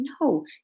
No